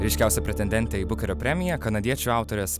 ryškiausia pretendentė į bukerio premiją kanadiečių autorės